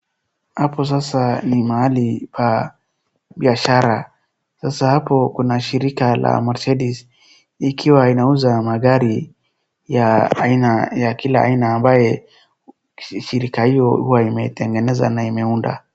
Hapo sasa ni mahali pa biashara. Sasa hapo kuna shirika la Mercedes ikiwa inauza magari ya aina ya kila aina ambaye shirika hiyo huwa imetengeneza na imeunda.